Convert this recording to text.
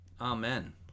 Amen